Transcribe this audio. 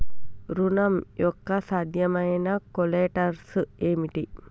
ఋణం యొక్క సాధ్యమైన కొలేటరల్స్ ఏమిటి?